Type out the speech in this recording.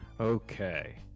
Okay